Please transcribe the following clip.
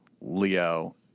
Leo